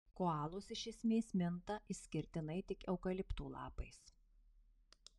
koalos iš esmės minta išskirtinai tik eukaliptų lapais